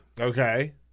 Okay